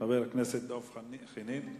חבר הכנסת דב חנין?